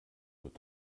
wird